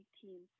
team